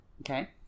Okay